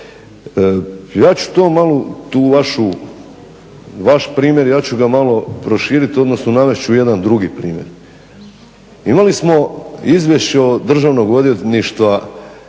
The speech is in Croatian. Ja ću to malo tu vašu, vaš primjer ja ću ga malo proširiti, odnosno navest ću jedan drugi primjer. Imali smo Izvješće Državnog odvjetništva